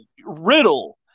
Riddle